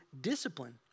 discipline